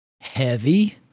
heavy